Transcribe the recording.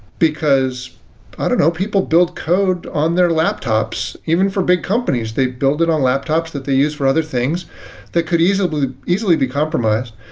because i don't know, people build code on their laptops even for big companies. they build it on laptops that they use for other things that could easily easily be compromised.